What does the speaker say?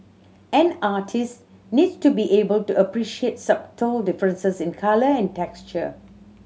an artist needs to be able to appreciate subtle differences in colour and texture